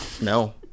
no